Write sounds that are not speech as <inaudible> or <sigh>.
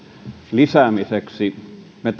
lisäämiseksi me <unintelligible>